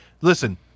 listen